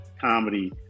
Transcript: comedy